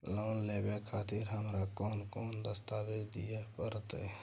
Loan लेवे खातिर हमरा कोन कौन दस्तावेज दिय परतै?